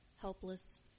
helpless